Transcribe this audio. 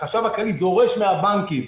החשב הכללי דורש מהבנקים,